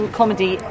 comedy